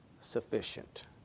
sufficient